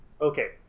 okay